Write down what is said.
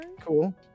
cool